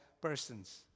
persons